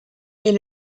est